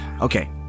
Okay